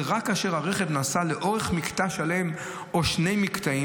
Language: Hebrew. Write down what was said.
ורק כאשר הרכב נסע לאורך מקטע שלם או שני מקטעים,